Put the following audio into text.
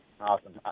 awesome